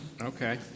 Okay